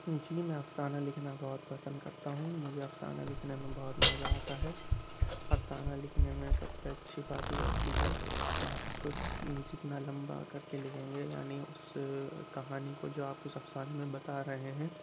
جی میں افسانہ لکھنا بہت پسند کرتا ہوں مجھے افسانہ لکھنے میں بہت مزہ آتا ہے افسانہ لکھنے میں سب سے اچھی بات یہ ہوتی ہے کہ آپ اُس کو جس جتنا لمبا کر کے لکھیں گے یعنی اُس کہانی کو جو آپ اُس افسانے میں بتا رہے ہیں